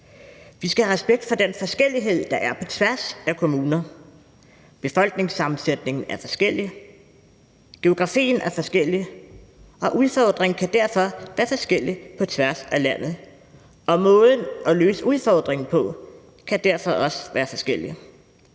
Vi skal have respekt for den forskellighed, der er på tværs af kommuner. Befolkningssammensætningen er forskellig, og geografien er forskellig, og udfordringen kan derfor være forskellig på tværs af landet, og måden at løse udfordringen på kan derfor også være forskellig.